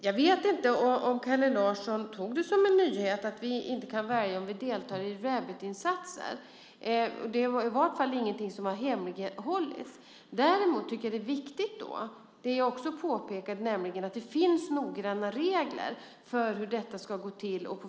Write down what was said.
Jag vet inte om Kalle Lasson tog det som en nyhet att vi inte kan välja om vi ska delta i Rabitinsatser. Det är i vart fall ingenting som har hemlighållits. Men som jag påpekade finns det noggranna regler för hur detta ska gå till.